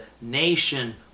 nation